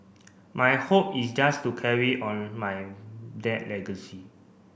my hope is just to carry on my dad legacy